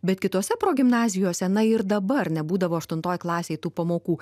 bet kitose progimnazijose na ir dabar nebūdavo aštuntoj klasėj tų pamokų